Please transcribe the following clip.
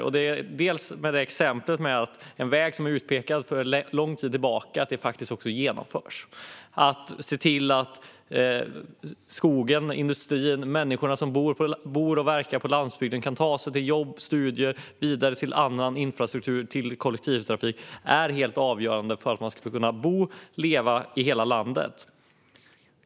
Bland annat finns exemplet om en väg som sedan lång tid tillbaka har pekats ut för åtgärder, och de ska faktiskt också genomföras. Det handlar om skogen och industrin. Människor som bor och verkar på landsbygden ska kunna ta sig till jobb, studier och vidare till annan infrastruktur och kollektivtrafik. Det är helt avgörande för att de ska kunna bo och leva i hela landet.